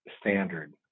standard